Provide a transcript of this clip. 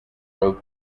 wrote